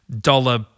dollar